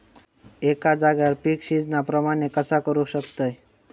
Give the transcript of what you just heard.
एका जाग्यार पीक सिजना प्रमाणे कसा करुक शकतय?